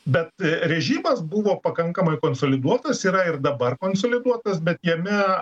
bet režimas buvo pakankamai konsoliduotas yra ir dabar konsoliduotas bet jame